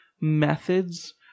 methods